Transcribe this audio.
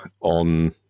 on